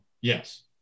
Yes